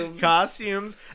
Costumes